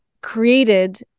created